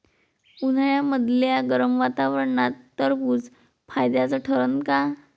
उन्हाळ्यामदल्या गरम वातावरनात टरबुज फायद्याचं ठरन का?